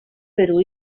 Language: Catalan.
perú